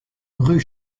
rue